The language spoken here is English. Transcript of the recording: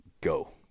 go